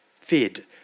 fed